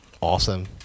awesome